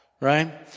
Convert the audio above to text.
right